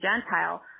Gentile